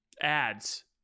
ads